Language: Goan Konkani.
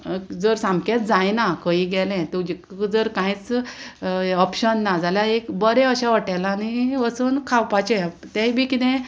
जर सामकेंच जायना खंय गेलें तुजे जर कांयच ऑप्शन ना जाल्यार एक बरें अशें हॉटेलांनी वचून खावपाचें तेंय बी कितें